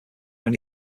when